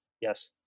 Yes